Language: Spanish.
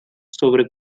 sobre